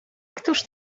któż